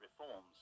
reforms